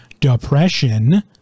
depression